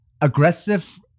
aggressive